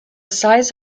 size